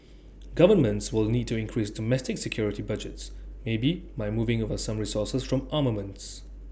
governments will need to increase domestic security budgets maybe by moving over some resources from armaments